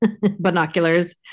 binoculars